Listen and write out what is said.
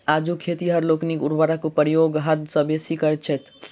आजुक खेतिहर लोकनि उर्वरकक प्रयोग हद सॅ बेसी करैत छथि